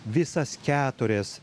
visas keturias